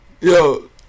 Yo